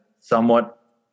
somewhat